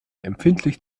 empfindlich